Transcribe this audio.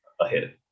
ahead